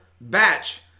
batch